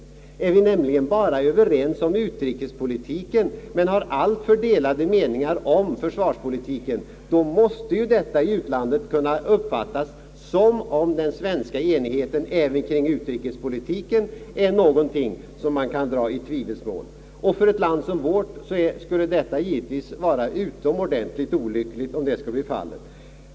Är vi nämligen överens enbart om utrikespolitiken, men har alltför delade meningar om försvarspolitiken, så måste detta i utlandet kunna uppfattas som om den svenska enigheten även omkring utrikespolitiken är något som man kan dra i tvivelsmål. För ett land som vårt skulle detta givetvis vara utomordentligt olyckligt.